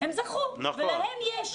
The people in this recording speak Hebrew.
הם זכו ולהם יש.